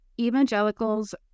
evangelicals